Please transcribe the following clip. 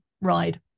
ride